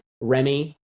remy